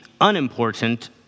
unimportant